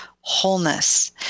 wholeness